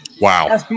Wow